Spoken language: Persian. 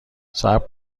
صبر